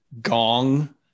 gong